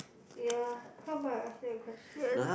ya how about I ask you a question